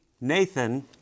Nathan